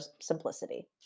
simplicity